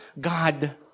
God